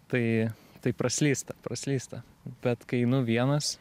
tai tai praslysta praslysta bet kai einu vienas